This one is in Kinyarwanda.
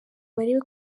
barebe